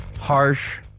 Harsh